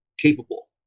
capable